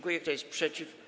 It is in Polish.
Kto jest przeciw?